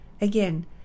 Again